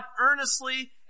earnestly